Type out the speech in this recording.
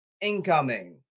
incoming